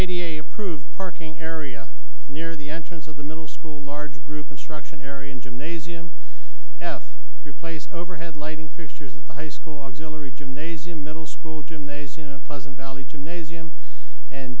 eight approved parking area near the entrance of the middle school large group instruction area and gymnasium f replace overhead lighting fixtures of the high school auxiliary gymnasium middle school gymnasium pleasant valley gymnasium and